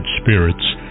spirits